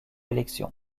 élection